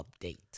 Update